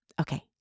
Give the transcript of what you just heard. Okay